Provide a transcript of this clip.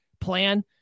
plan